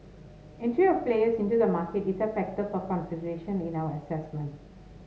entry of players into the market is a factor for consideration in our assessment